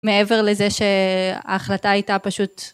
מעבר לזה שההחלטה הייתה פשוט